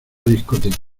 discoteca